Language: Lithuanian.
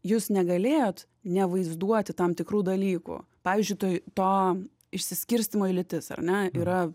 jūs negalėjot nevaizduoti tam tikrų dalykų pavyzdžiui toj to išsiskirstymo į lytis ar ne yra